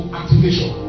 activation